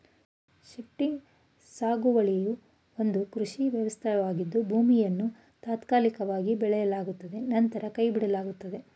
shifting ಸಾಗುವಳಿಯು ಒಂದು ಕೃಷಿ ವ್ಯವಸ್ಥೆಯಾಗಿದ್ದು ಭೂಮಿಯನ್ನು ತಾತ್ಕಾಲಿಕವಾಗಿ ಬೆಳೆಸಲಾಗುತ್ತದೆ ನಂತರ ಕೈಬಿಡಲಾಗುತ್ತದೆ